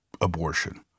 abortion